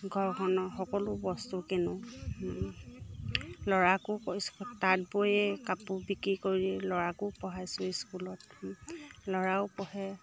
ঘৰখনৰ সকলো বস্তু কিনো ল'ৰাকো তাঁত বৈয়ে কাপোৰ বিক্ৰী কৰি ল'ৰাকো পঢ়াইছোঁ স্কুলত ল'ৰাও পঢ়ে